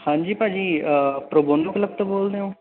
ਹਾਂਜੀ ਭਾਅ ਜੀ ਪ੍ਰੋ ਬੋਨੋ ਕਲੱਬ ਤੋਂ ਬੋਲਦੇ ਹੋ